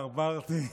התברברתי,